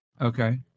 Okay